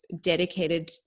dedicated